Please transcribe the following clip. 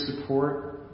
support